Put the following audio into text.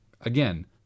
Again